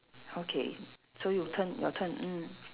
okay so you turn your turn mm